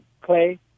Clay